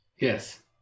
Yes